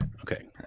Okay